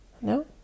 No